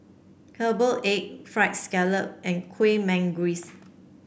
Herbal Egg fried scallop and Kueh Manggis